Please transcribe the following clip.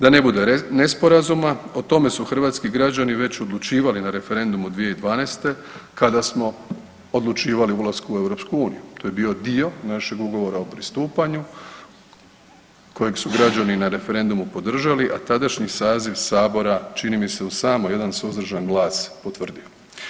Da ne bude nesporazuma, o tome su hrvatski građani već odlučivali na referendumu 2012. kada smo odlučivali o ulasku u EU, to je bio dio našeg Ugovora o pristupanju kojeg su građani na referendumu podržali, a tadašnji saziv sabora čini mi se uz samo jedan suzdržan glas potvrdili.